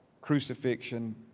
crucifixion